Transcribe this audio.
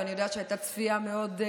ואני יודעת שהייתה צפיית שיא